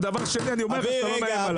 ודבר שני, אני אומר לך שאתה לא מאיים עלי.